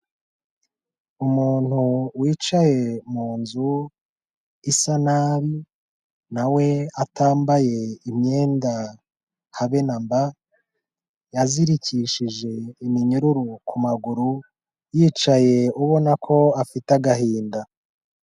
Umuntu wicaye mu nzu isa nabi na we atambaye imyenda habe namba, yazirikishije iminyururu ku maguru, yicaye ubona ko afite agahinda.